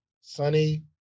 Sunny